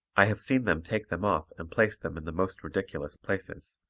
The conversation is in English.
i have seen them take them off and place them in the most ridiculous places,